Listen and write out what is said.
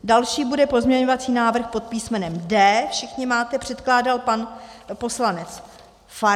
Další bude pozměňovací návrh pod písmenem D, všichni to máte, předkládal pan poslanec Farhan.